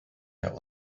der